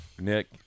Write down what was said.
Nick